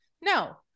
no